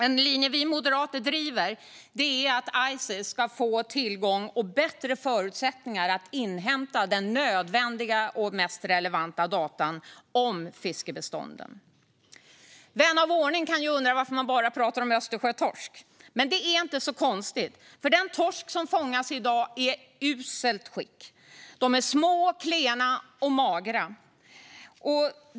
En linje som vi moderater driver är att Ices ska ges bättre förutsättningar att inhämta nödvändiga och mest relevanta data om fiskebestånden. Vän av ordning kan undra varför jag bara talar om Östersjötorsken, men det är inte konstigt. Den torsk som fångas i dag är nämligen i uselt skick. Den är liten, klen och mager.